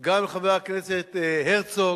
גם לחבר הכנסת הרצוג,